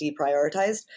deprioritized